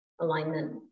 alignment